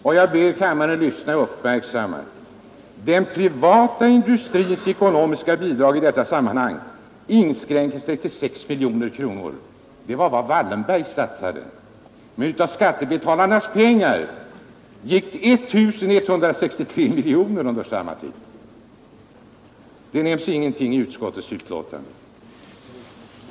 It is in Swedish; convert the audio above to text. ”Och nu ber jag kammaren att lyssna uppmärksamt: ”Den privata industriens ekonomiska bidrag i detta sammanhang inskränker sig till 6 milj.kr.” Det var vad Wallenberg satsade. Men av skattebetalarnas pengar anslogs 1 163 miljoner kronor under samma tid. Om det nämns ingenting i utskottets betänkande.